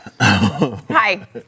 hi